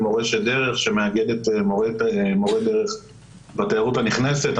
"מורשת דרך" שמאגדת מורי דרך בתיירות הנכנסת.